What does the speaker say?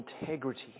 integrity